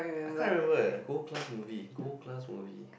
I can't remember eh gold class movie gold class movie